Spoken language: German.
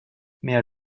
mehr